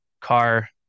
car